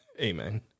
Amen